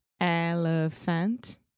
Elephant